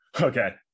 Okay